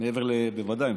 מעבר לזה שבוודאי,